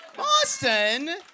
Austin